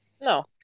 no